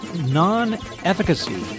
non-efficacy